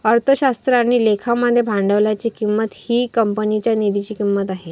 अर्थशास्त्र आणि लेखा मध्ये भांडवलाची किंमत ही कंपनीच्या निधीची किंमत आहे